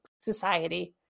society